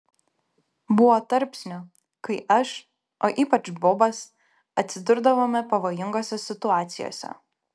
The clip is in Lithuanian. buvo tarpsnių kai aš o ypač bobas atsidurdavome pavojingose situacijose